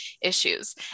issues